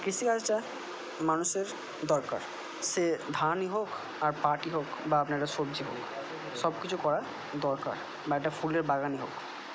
কৃষিকাজটা মানুষের দরকার সে ধানই হোক আর পাটই হোক বা আপনারা সবজি হোক সব কিছু করা দরকার বা একটা ফুলের বাগানই হোক